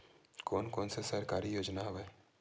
कोन कोन से सरकारी योजना हवय?